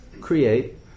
create